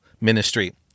ministry